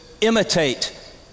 imitate